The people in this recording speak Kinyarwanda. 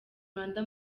rwanda